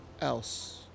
else